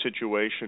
situation